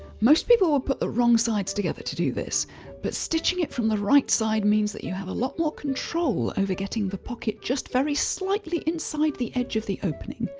most people will put the wrong sides together to do this but stitching it from the right side means that you have a lot more control over getting the pocket just very slightly inside the edge of the opening,